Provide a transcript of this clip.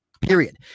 Period